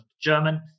German